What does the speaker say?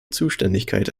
zuständigkeit